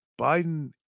Biden